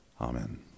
amen